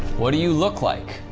what do you look like?